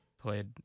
played